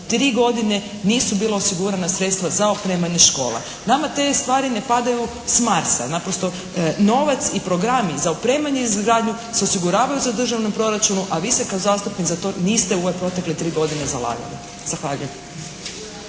tri godine nisu bila osigurana sredstva za opremanje škola. Nama te stvari ne padaju s Marsa. Naprosto novac i programi za opremanje i izgradnju se osiguravaju u državnom proračunu, a vi ste kao zastupnik niste za to u ove protekle tri godine zalagali. Zahvaljujem.